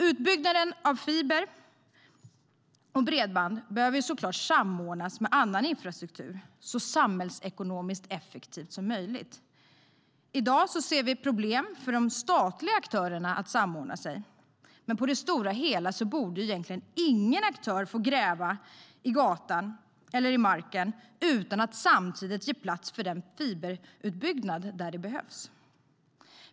Utbyggnaden av bredband och fiber behöver förstås samordnas med annan infrastruktur så samhällsekonomiskt effektivt som möjligt. I dag ser vi problem hos de statliga aktörerna att samordna sig, men på det stora hela borde ingen aktör få gräva i gatan, i marken, utan att samtidigt ge plats för fiberutbyggnad där det behövs.